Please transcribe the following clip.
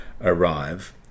arrive